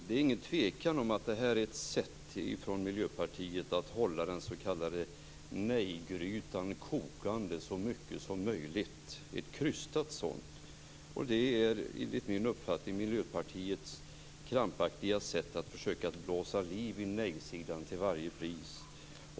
Det råder inget tvivel om att detta är ett sätt från Miljöpartiets sida att hålla den s.k. nejgrytan kokande så mycket som möjligt. Det är krystat. Det är enligt min uppfattning Miljöpartiets krampaktiga sätt att försöka blåsa liv i nej-sidan till varje pris.